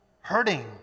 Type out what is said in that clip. hurting